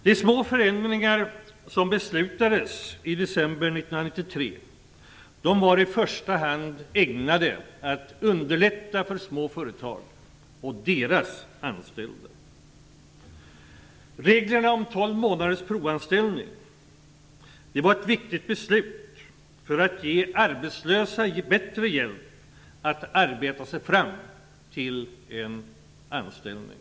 De små förändringar som det fattades beslut om i december 1993 var i första hand ägnade att underlätta för små företag och för deras anställda. Beslutet om reglerna om tolv månaders provanställning var viktigt för att ge arbetslösa bättre hjälp att kunna arbeta sig fram till en anställning.